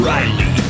Riley